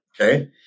Okay